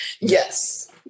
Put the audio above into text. Yes